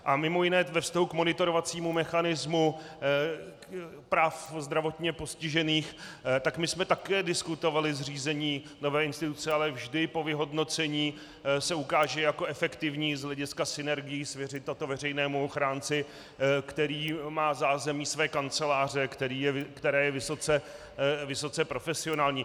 A mimo jiné ve vztahu k monitorovacímu mechanismu práv zdravotně postižených, tak my jsme také diskutovali zřízení nové instituce, ale vždy po vyhodnocení se ukáže jako efektivní z hlediska synergií svěřit toto veřejnému ochránci, který má zázemí své kanceláře, které je vysoce profesionální.